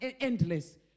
endless